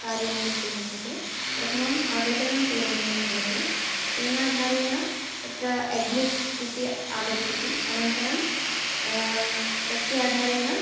कार्यनियुक्तेः कृते प्रथमम् आवेदनं पूरणीयं भवति तेन आधारेण तत्र एड्मिट् इति आगच्छति अनन्तरं तस्य आधारेण